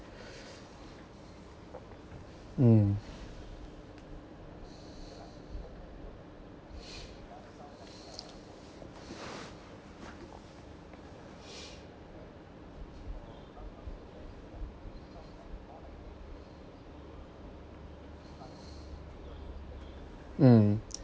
mm mm